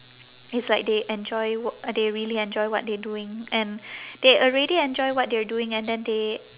it's like they enjoy work they really enjoy what they're doing and they already enjoy what they're doing and then they